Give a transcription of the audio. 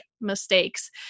mistakes